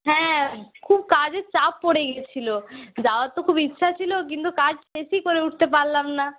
হ্যাঁ খুব কাজের চাপ পড়ে গিয়েছিলো যাওয়ার তো খুব ইচ্ছা ছিলো কিন্তু কাজ শেষই করে উঠতে পারলাম না